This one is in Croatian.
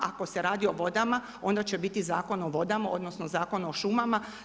Ako se radi o vodama onda će biti Zakon o vodama, odnosno Zakon o šumama.